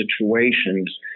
situations